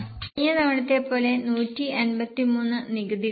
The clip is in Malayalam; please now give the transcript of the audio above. കഴിഞ്ഞ തവണത്തെപ്പോലെ 153 നികുതികളാണ്